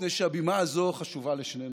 מפני שהבימה הזאת חשובה לשנינו: